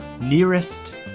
nearest